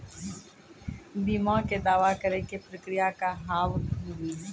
बीमा के दावा करे के प्रक्रिया का हाव हई?